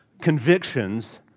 convictions